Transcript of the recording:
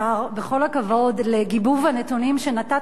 בכל הכבוד לגיבוב הנתונים שנתת לנו,